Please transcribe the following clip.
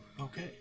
Okay